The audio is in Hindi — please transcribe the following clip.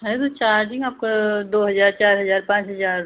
है तो चार्जिंग आपका दो हज़ार चार हज़ार पाँच हज़ार